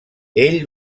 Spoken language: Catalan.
ell